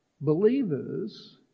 Believers